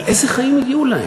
אבל איזה חיים יהיו להם?